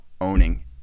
owning